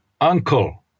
uncle